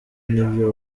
n’ibyo